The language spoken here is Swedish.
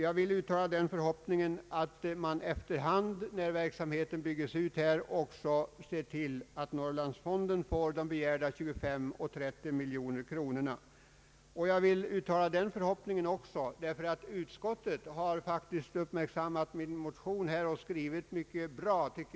Jag vill uttala den förhoppningen att man efter hand när verksamheten byggs ut också ser till att Norrlandsfonden får de begärda 25—30 miljoner kronorna. Utskottet har uppmärksammat min motion och skrivit mycket bra.